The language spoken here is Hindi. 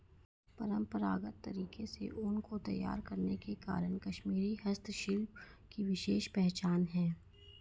परम्परागत तरीके से ऊन को तैयार करने के कारण कश्मीरी हस्तशिल्प की विशेष पहचान है